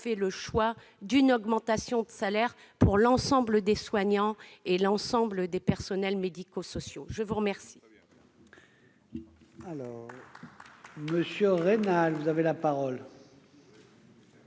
fait le choix d'une augmentation de salaire pour l'ensemble des soignants et des personnels médico-sociaux. Très bien